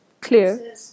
clear